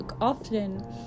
often